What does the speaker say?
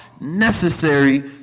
necessary